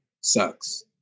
Sucks